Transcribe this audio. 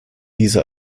diese